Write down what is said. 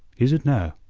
is it now?